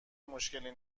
مشکلی